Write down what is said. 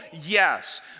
yes